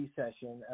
session